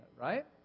right